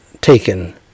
taken